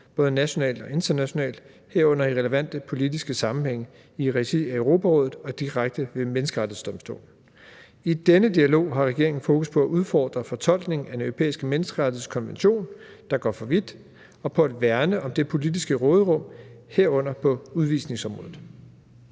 både nationalt og internationalt, herunder i relevante politiske sammenhænge, i regi af Europarådet og direkte ved Menneskerettighedsdomstolen. I denne dialog har regeringen fokus på at udfordre fortolkningen af Den Europæiske Menneskerettighedskonvention, der går for vidt, og på at værne om det politiske råderum, herunder på udvisningsområdet.«